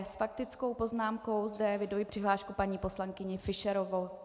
S faktickou poznámkou zde eviduji přihlášku paní poslankyně Fischerové.